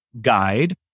Guide